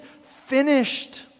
finished